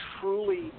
truly